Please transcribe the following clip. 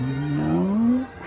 No